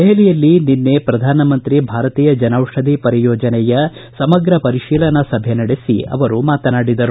ದೆಹಲಿಯಲ್ಲಿ ನಿನ್ನೆ ಶ್ರಧಾನ ಮಂತ್ರಿ ಭಾರತೀಯ ಜನೌಷಧಿ ಪರಿಯೋಜನೆ ಯ ಸಮಗ್ರ ಪರಿತೀಲನಾ ಸಭೆ ನಡೆಸಿ ಮಾತನಾಡಿದರು